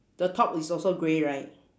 the top is also grey right